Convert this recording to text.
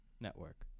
Network